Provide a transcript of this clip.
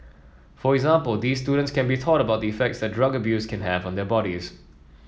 for example these students can be taught about the effects that drug abuse can have on their bodies